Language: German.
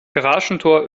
garagentor